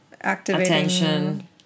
attention